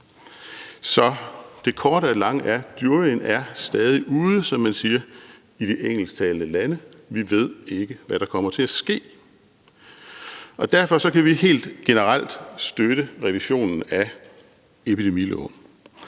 Så det korte af det lange er: Juryen er stadig ude, som man siger i de engelsktalende lande; vi ved ikke, hvad der kommer til at ske. Derfor kan vi helt generelt støtte revisionen af epidemiloven.